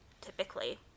typically